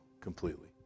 completely